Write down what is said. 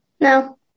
No